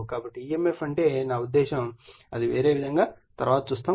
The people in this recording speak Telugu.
కాబట్టి emf అంటే నా ఉద్దేశ్యం అది వేరే విధంగా తరువాత చూస్తాము